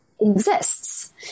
exists